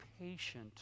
patient